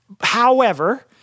However-